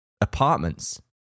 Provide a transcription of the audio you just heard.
apartments